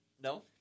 No